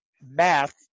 math